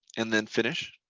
and then finish.